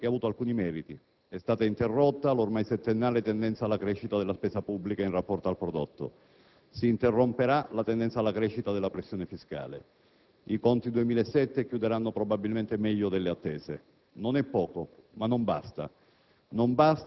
Una fase che ha avuto alcuni meriti: è stata interrotta l'ormai settennale tendenza alla crescita della spesa pubblica in rapporto al prodotto interno lordo; si interromperà la tendenza alla crescita della pressione fiscale. I conti 2007 chiuderanno probabilmente meglio rispetto a quanto atteso. Non è poco, ma non basta.